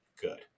good